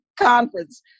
conference